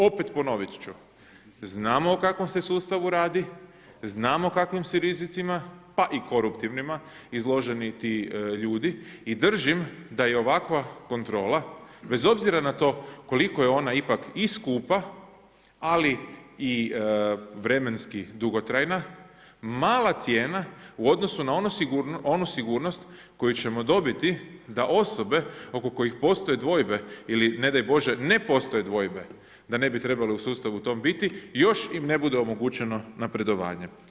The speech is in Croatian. Opet ponovit ću, znamo o kakvom se sustavu radi, znamo o kakvim se rizicima pa i koruptivnima izloženi ti ljudi i držim da je ovakva kontrola bez obzira na to koliko je ona ipak i skupa ali i vremenski dugotrajna, mala cijena u odnosu na onu sigurnost koju ćemo dobiti da osobe oko kojih postoje dvojbe ili ne daj Bože ne postoje dvojbe, da ne bi trebale u sustavu tom biti, još im ne bude omogućeno napredovanje.